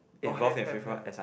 oh have have have